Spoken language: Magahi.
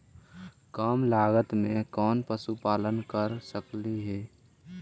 कम लागत में कौन पशुपालन कर सकली हे?